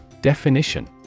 Definition